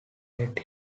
let